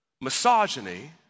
Misogyny